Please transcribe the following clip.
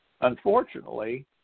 Unfortunately